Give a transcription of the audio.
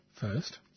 First